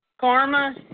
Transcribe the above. Karma